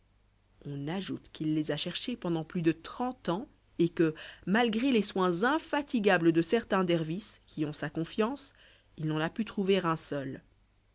on ajoute qu'il les a cherchés pendant plus de trente ans et que malgré les soins infatigables de certains dervis qui ont sa confiance il n'en a pu trouver un seul